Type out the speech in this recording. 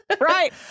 Right